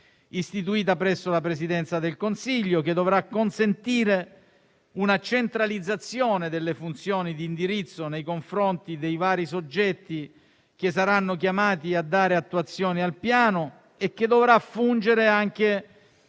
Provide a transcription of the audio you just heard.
di regia presso la Presidenza del Consiglio, che dovrà consentire una centralizzazione delle funzioni di indirizzo nei confronti dei vari soggetti che saranno chiamati a dare attuazione al Piano e che dovrà fungere anche